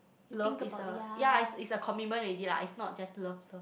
love is a ya is is a commitment already lah it's not just love